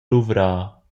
luvrar